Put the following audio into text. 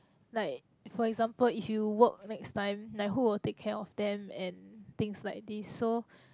like for example if you work next time like who will take care of them and things like this so